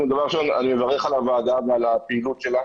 אני מברך על הוועדה ועל הפעילות שלה.